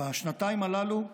בשנתיים הללו,